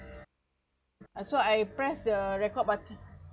so I press the record button